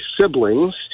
siblings